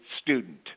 student